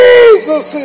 Jesus